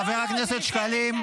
חבר הכנסת שקלים,